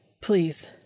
Please